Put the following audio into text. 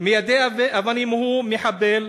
מיידה אבנים הוא מחבל,